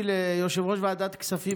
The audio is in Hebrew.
כבוד יושב-ראש הכנסת,